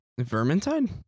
Vermintide